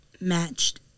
matched